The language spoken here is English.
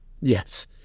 Yes